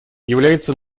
является